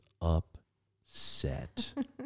upset